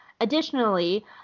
Additionally